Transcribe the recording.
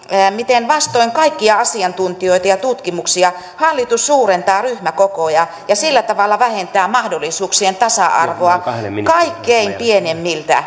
miten vastoin kaikkia asiantuntijoita ja tutkimuksia hallitus suurentaa ryhmäkokoja ja sillä tavalla vähentää mahdollisuuksien tasa arvoa kaikkein pienimmiltä